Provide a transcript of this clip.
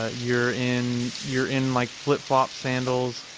uh you're in you're in like flip-flop sandals,